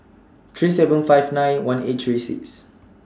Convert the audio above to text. three seven five nine one eight three six